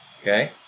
okay